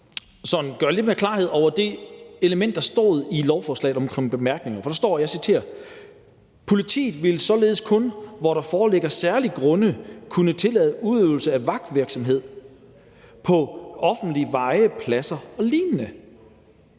kan bringe klarhed over det element i lovforslaget under bemærkninger, hvor der står – og jeg citerer: »Politiet vil således kun, hvor der foreligger særlige grunde, kunne tillade udøvelse af vagtvirksomhed på offentlige veje, pladser og lignende